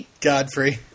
Godfrey